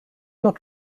not